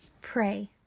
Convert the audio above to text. Pray